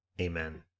Amen